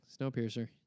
Snowpiercer